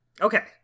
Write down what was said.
Okay